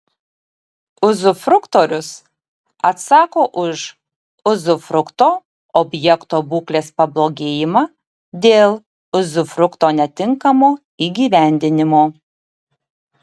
uzufruktorius atsako už uzufrukto objekto būklės pablogėjimą dėl uzufrukto netinkamo įgyvendinimo